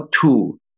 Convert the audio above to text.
two